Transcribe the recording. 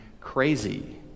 crazy